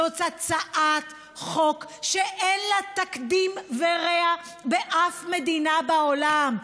זאת הצעת חוק שאין לה תקדים ורע באף מדינה בעולם.